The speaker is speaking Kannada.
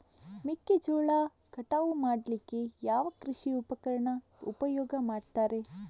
ಮೆಕ್ಕೆಜೋಳ ಕಟಾವು ಮಾಡ್ಲಿಕ್ಕೆ ಯಾವ ಕೃಷಿ ಉಪಕರಣ ಉಪಯೋಗ ಮಾಡ್ತಾರೆ?